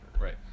Right